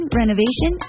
renovation